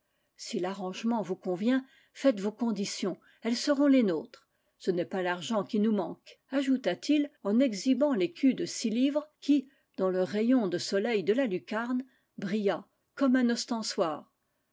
si l'arrangement vous convient faites vos condi tions elles seront les nôtres ce n'est pas l'argent qui nous manque ajouta-t-il en exhibant l'écu de six livres qui dans le rayon de soleil de la lucarne brilla comme un